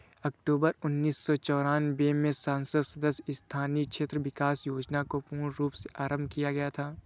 अक्टूबर उन्नीस सौ चौरानवे में संसद सदस्य स्थानीय क्षेत्र विकास योजना को पूर्ण रूप से आरम्भ किया गया था